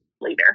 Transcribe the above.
later